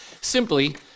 simply